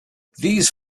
these